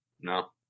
No